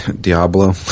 Diablo